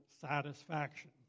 Satisfaction